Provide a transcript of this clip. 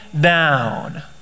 down